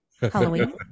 Halloween